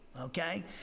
okay